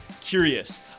curious